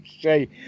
say